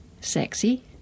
sexy